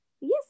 yes